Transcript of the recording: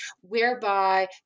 whereby